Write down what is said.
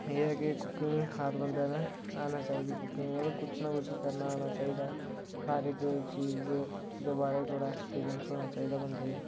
एह् ऐ की कुकिंग हर बंदे ने आना चाहिदी कुकिंग मतलब कुछ ना कुछ करना आना चाहिदा हर इक चीज़ दे बारे च थोह्ड़ा एक्सपीरियंस होना चाहिदा बंदे गी